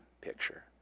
picture